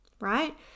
right